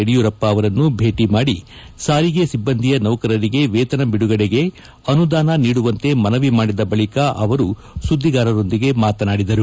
ಯಡಿಯೂರಪ್ಪ ಅವರನ್ನು ಭೇಟಿ ಮಾಡಿ ಸಾರಿಗೆ ಸಿಬ್ಬಂದಿಯ ನೌಕರರಿಗೆ ವೇತನ ಬಿಡುಗಡೆಗೆ ಅನುದಾನ ನೀಡುವಂತೆ ಮನವಿ ಮಾಡಿದ ಬಳಿಕ ಅವರು ಸುದ್ದಿಗಾರರೊಂದಿಗೆ ಮಾತನಾಡಿದರು